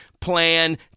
plan